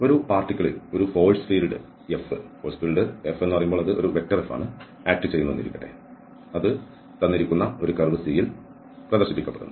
ഒരു പാർട്ടിക്കിളിൽ ഒരു ഫോഴ്സ് ഫീൽഡ് F ആക്ട് ചെയ്യുന്നു എന്നിരിക്കട്ടെ അത് തന്നിരിക്കുന്ന ഒരു കർവ് C ൽ പ്രദർശിപ്പിക്കപ്പെടുന്നു